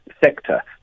sector